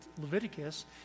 Leviticus